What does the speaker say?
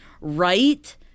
right